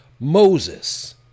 Moses